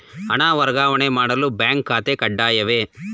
ಹಣ ವರ್ಗಾವಣೆ ಮಾಡಲು ಬ್ಯಾಂಕ್ ಖಾತೆ ಕಡ್ಡಾಯವೇ?